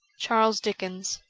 charles dickens